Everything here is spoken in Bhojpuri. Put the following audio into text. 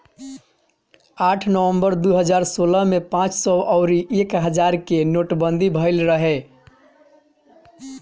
आठ नवंबर दू हजार सोलह में पांच सौ अउरी एक हजार के नोटबंदी भईल रहे